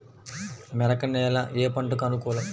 మెరక నేల ఏ పంటకు అనుకూలం?